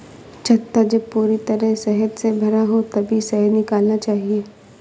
छत्ता जब पूरी तरह शहद से भरा हो तभी शहद निकालना चाहिए